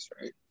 right